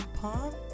pawn